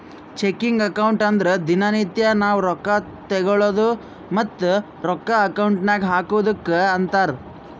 checking account ಅಂದುರ್ ದಿನಾ ನಿತ್ಯಾ ನಾವ್ ರೊಕ್ಕಾ ತಗೊಳದು ಮತ್ತ ರೊಕ್ಕಾ ಅಕೌಂಟ್ ನಾಗ್ ಹಾಕದುಕ್ಕ ಅಂತಾರ್